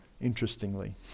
interestingly